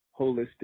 holistic